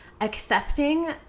accepting